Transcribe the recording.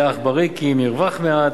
היה אך ברי כי אם ירווח מעט,